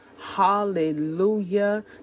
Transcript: hallelujah